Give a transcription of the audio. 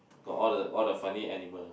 got all the all the funny animal